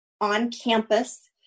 on-campus